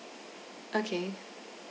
okay